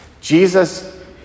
Jesus